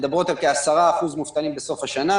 מדברות על כ-10% מובטלים בסוף השנה.